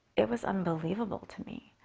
it was unbelievable to me.